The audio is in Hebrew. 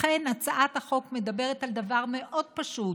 לכן הצעת החוק מדברת על דבר מאוד פשוט: